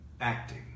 acting